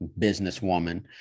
businesswoman